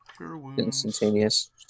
Instantaneous